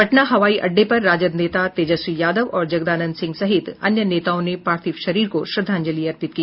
पटना हवाई अड्डे पर राजद नेता तेजस्वी यादव और जगदानंद सिंह सहित अन्य नेताओं ने पार्थिव शरीर को श्रद्धांजलि अर्पित की